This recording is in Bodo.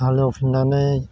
हालेव फिननानै